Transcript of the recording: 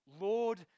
Lord